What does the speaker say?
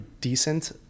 decent